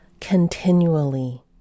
continually